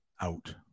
out